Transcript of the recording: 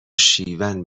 شیون